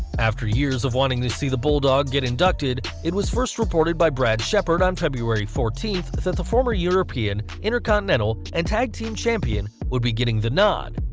after years of fans wanting to see the bulldog get inducted, it was first reported by brad shepard on february fourteenth that the former european, intercontinental and tag team champion would be getting the nod,